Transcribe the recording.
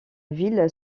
ville